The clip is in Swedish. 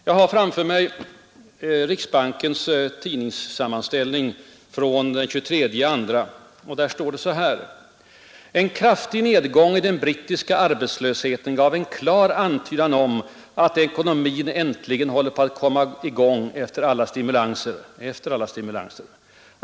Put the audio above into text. Jag har framför mig riksbankens tidningssammanställning från den 23 februari, där det står så här: ”En kraftig nedgång i den brittiska arbetslösheten gav en klar antydan om att ekonomin äntligen håller på att komma igång efter alla stimulanser.